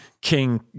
King